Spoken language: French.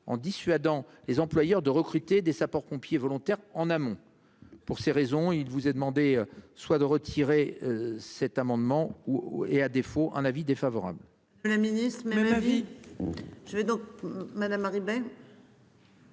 en dissuadant les employeurs de recruter des sapeurs-pompiers volontaires en amont pour ces raisons, il vous est demandé soit de retirer. Cet amendement ou et à défaut un avis défavorable. La ministre mais ma vie. Je vais donc madame Ribet.